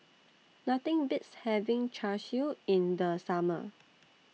Nothing Beats having Char Siu in The Summer